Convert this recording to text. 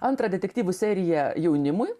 antrą detektyvų seriją jaunimui